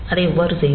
அதை எவ்வாறு செய்வது